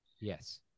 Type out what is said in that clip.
yes